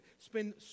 spend